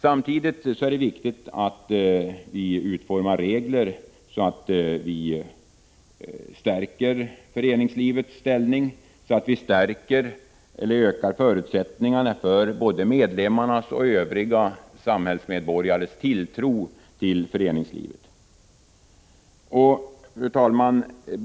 Samtidigt är det viktigt att vi utformar regler så att vi stärker föreningslivets ställning, så att vi ökar förutsättningarna för både medlemmarnas och övriga samhällsmedborgares tilltro till föreningslivet. Fru talman!